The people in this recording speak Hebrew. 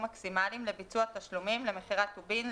מקסימליים לביצוע תשלומים למכירת טובין,